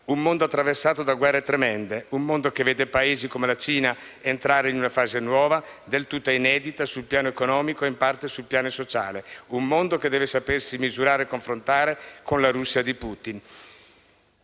attraversato da guerre tremende, un mondo che vede Paesi come la Cina entrare in una fase nuova, del tutto inedita sul piano economico e in parte sul piano sociale; un mondo che deve sapersi misurare e confrontare con la Russia di Putin.